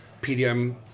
PDM